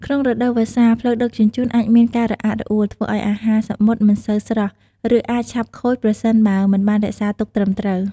ក្នុងរដូវវស្សា ផ្លូវដឹកជញ្ជូនអាចមានការរអាក់រអួល ធ្វើឱ្យអាហារសមុទ្រមិនសូវស្រស់ ឬអាចឆាប់ខូចប្រសិនបើមិនបានរក្សាទុកត្រឹមត្រូវ។